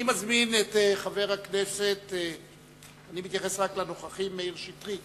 אני מזמין את חבר הכנסת מאיר שטרית